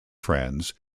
friends